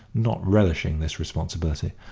not relishing this responsibility,